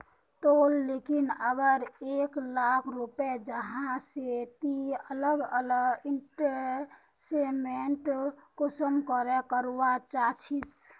तोर लिकी अगर एक लाख रुपया जाहा ते ती अलग अलग इन्वेस्टमेंट कुंसम करे करवा चाहचिस?